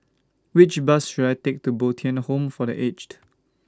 Which Bus should I Take to Bo Tien Home For The Aged